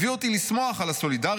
הביא אותי לשמוח על הסולידריות,